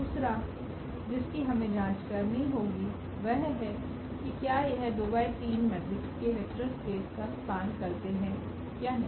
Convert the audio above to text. दूसरा जिसकी हमें जाँच करनी होगी वह है की क्या यह 2×3 मैट्रिक्स के वेक्टर स्पेस का स्पान करते है या नहीं